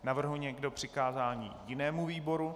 Navrhuje někdo přikázání jinému výboru?